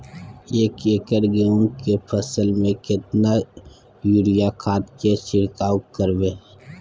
एक एकर गेहूँ के फसल में केतना यूरिया खाद के छिरकाव करबैई?